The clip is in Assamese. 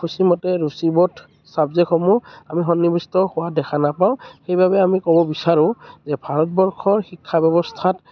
সূচীমতে ৰুচিবোধ চাবজেক্ট সমূহ আমি সন্নিৱিষ্ট হোৱা দেখা নাপাওঁ সেইবাবে আমি ক'ব বিচাৰোঁ যে ভাৰতবৰ্ষৰ শিক্ষা ব্যৱস্থাত